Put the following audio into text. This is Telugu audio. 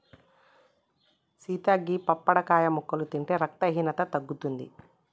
సీత గీ పప్పడికాయ ముక్కలు తింటే రక్తహీనత తగ్గుతుంది